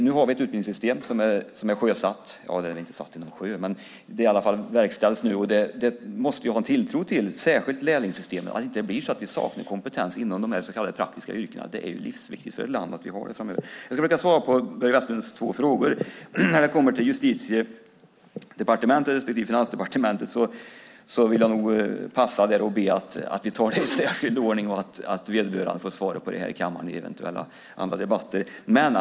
Nu har vi ett utbildningssystem som är sjösatt. Ja, det är väl inte satt i någon sjö, men det är i alla fall verkställt nu. Det måste vi ha tilltro till, särskilt lärlingssystemet, så att det inte blir så att vi saknar kompetens inom dessa så kallade praktiska yrkena. Det är livsviktigt för ett land att ha det framöver. Jag ska försöka svara på Börje Vestlunds två frågor. När det kommer till Justitiedepartementet respektive Finansdepartementet vill jag nog passa där och be att vi tar det i särskild ordning och att vederbörande får svara på det i andra eventuella debatter i kammaren.